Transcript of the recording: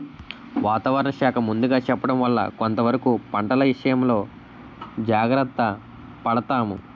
వాతావరణ శాఖ ముందుగా చెప్పడం వల్ల కొంతవరకు పంటల ఇసయంలో జాగర్త పడతాము